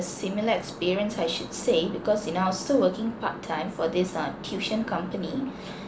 similar experience I should say because you now I was still working part time for this uh tuition company